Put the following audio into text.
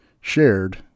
shared